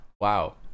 wow